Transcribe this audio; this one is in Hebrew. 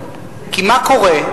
כי מה קורה?